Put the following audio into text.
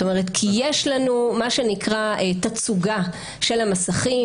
כי יש לנו תצוגה של המסכים,